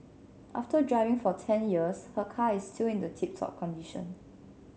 after driving for ten years her car is still in the tip top condition